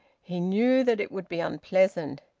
he knew that it would be unpleasant.